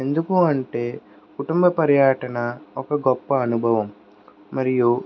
ఎందుకు అంటే కుటుంబ పర్యాటన ఒక గొప్ప అనుభవం మరియు